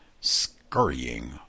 scurrying